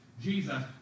Jesus